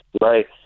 right